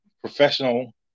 professional